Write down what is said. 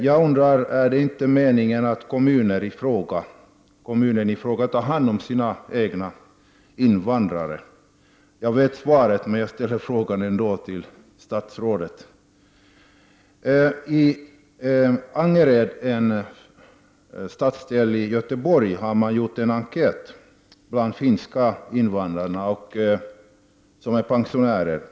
Jag undrar om det inte är meningen att kommunen i fråga skall ta hand om sina egna invandrare. Jag vet svaret, men jag ställer ändå frågan till statsrådet. I Angered, en stadsdel i Göteborg, har man gjort en enkät bland finska invandrare som har blivit pensionärer.